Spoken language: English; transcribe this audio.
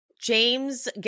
James